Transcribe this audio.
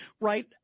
right